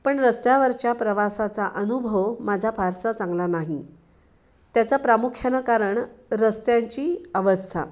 पण रस्त्यावरच्या प्रवासाचा अनुभव माझा फारसा चांगला नाही त्याचा प्रामुख्यानं कारण रस्त्यांची अवस्था